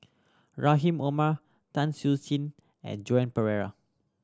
Rahim Omar Tan Siew Sin and Joan Pereira